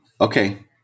Okay